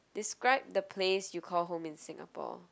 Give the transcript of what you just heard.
describe the place you call home in Singapore